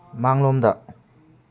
ꯃꯥꯡꯂꯣꯝꯗ